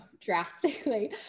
Drastically